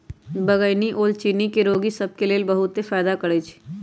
बइगनी ओल चिन्नी के रोगि सभ के लेल बहुते फायदा करै छइ